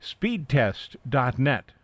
Speedtest.net